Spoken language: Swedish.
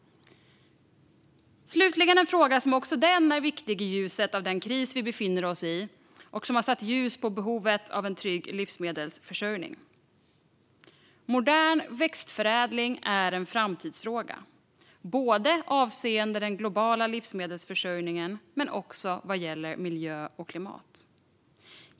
Slutligen en fråga som också den är viktig i ljuset av den kris vi befinner oss i, och som har satt ljus på behovet av en trygg livsmedelsförsörjning. Modern växtförädling är en framtidsfråga avseende den globala livsmedelsförsörjningen men också vad gäller miljö och klimat.